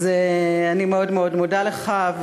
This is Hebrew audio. אז אני מאוד מאוד מודה לך.